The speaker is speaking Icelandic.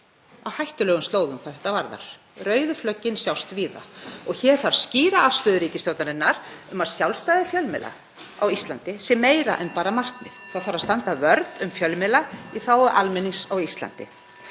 á hættulegum slóðum hvað þetta varðar. Rauðu flöggin sjást víða og hér þarf skýra afstöðu ríkisstjórnarinnar um að sjálfstæði fjölmiðla á Íslandi sé meira en bara markmið. (Forseti hringir.) Það þarf að standa vörð um fjölmiðla í þágu almennings á Íslandi.